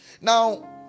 Now